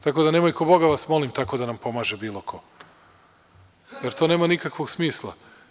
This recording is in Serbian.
Tako da, nemoj, kao Boga vas molim, tako da nam pomaže bilo ko, jer to nema nikakvog smisla.